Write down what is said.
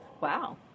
Wow